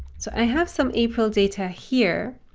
so i have some april data here.